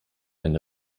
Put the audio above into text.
ein